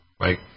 Right